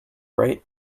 right